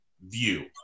view